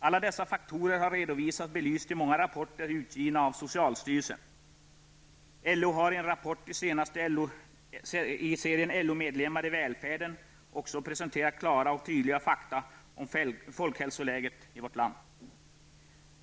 Alla dessa faktorer har redovisats och belysts i många rapporter utgivna av socialstyrelsen. LO har i en rapport i serien LO-medlemmar i välfärden också presenterat klara och tydliga fakta om folkhälsoläget i vårt land.